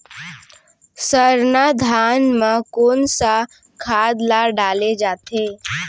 सरना धान म कोन सा खाद ला डाले जाथे?